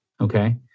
okay